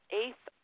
eighth